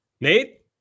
Nate